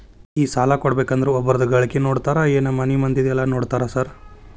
ಈ ಸಾಲ ಕೊಡ್ಬೇಕಂದ್ರೆ ಒಬ್ರದ ಗಳಿಕೆ ನೋಡ್ತೇರಾ ಏನ್ ಮನೆ ಮಂದಿದೆಲ್ಲ ನೋಡ್ತೇರಾ ಸಾರ್?